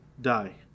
die